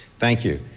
thank you.